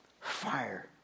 Fire